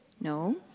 No